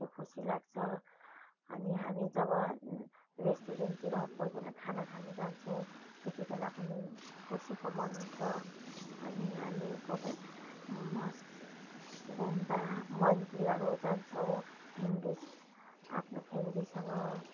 त्यो खुसी लाग्छ अनि हामी जब रेस्टुरेन्टतिर कोही बेला खाना खानु जान्छौँ त्यतिबेला पनि खुसीको मन हुन्छ अनि हामी कोही बेला मस् गुम्बा मन्दिरहरू जान्छौँ आफ्नो फेमिलीसँग